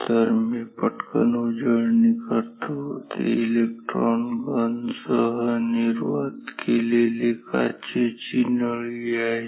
तर मी पटकन उजळणी करतो ते इलेक्ट्रॉन गन सह निर्वात केलेली काचेची नळी आहे